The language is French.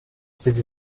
ses